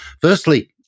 Firstly